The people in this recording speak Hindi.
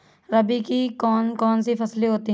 रबी की कौन कौन सी फसलें होती हैं?